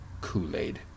Kool-Aid